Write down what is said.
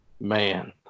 man